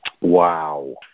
Wow